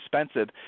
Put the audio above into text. expensive